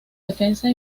defensa